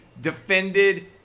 defended